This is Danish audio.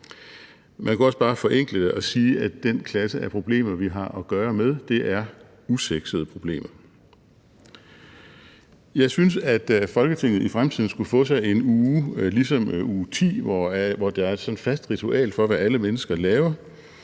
Man kunne også bare forenkle det og sige, at den klasse af problemer, vi har at gøre med, er usexede problemer. Jeg synes, at Folketinget i fremtiden skulle få sig en uge, ligesom uge 10, hvor der er sådan et fast ritual for, hvad alle mennesker laver,